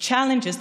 להלן תרגומם: